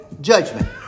judgment